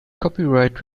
copyright